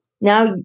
now